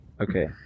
Okay